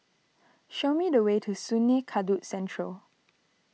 show me the way to Sungei Kadut Central